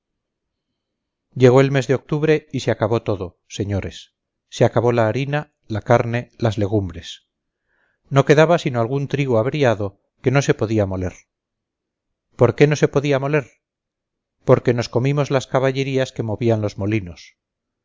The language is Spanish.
llegó el mes de octubre y se acabó todo señores se acabó la harina la carne las legumbres no quedaba sino algún trigo averiado que no se podía moler por qué no se podía moler porque nos comimos las caballerías que movían los molinos